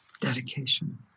dedication